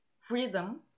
freedom